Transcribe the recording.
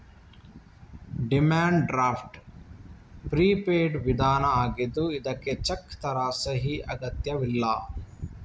demand draft prepaid ವಿಧಾನ ಆಗಿದ್ದು ಇದ್ಕೆ ಚೆಕ್ ತರ ಸಹಿ ಅಗತ್ಯವಿಲ್ಲ